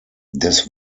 des